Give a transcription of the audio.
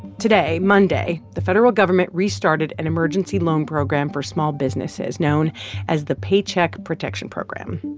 today, monday, the federal government restarted an emergency loan program for small businesses known as the paycheck protection program.